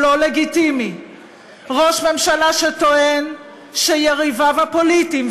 הוא לא לגיטימי; כשראש הממשלה טוען שיריביו הפוליטיים,